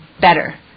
Better